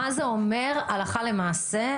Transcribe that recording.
מה זה אומר הלכה למעשה?